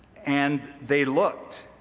and they looked,